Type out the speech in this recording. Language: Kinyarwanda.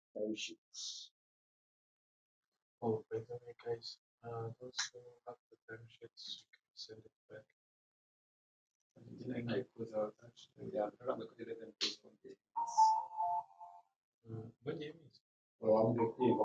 of pehermingas aves at darashit so paktangira yifuzajyana agaragaza